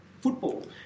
football